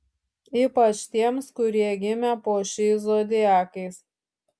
ypač tiems kurie gimė po šiais zodiakais